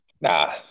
Nah